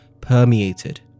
permeated